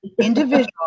individual